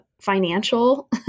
financial